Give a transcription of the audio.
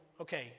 okay